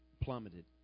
plummeted